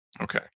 Okay